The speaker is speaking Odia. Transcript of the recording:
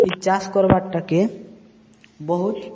ଏଇ ଚାଷ କର୍ବାର୍ଟାକେ ବହୁତ